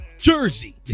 Jersey